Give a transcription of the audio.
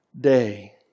day